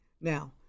Now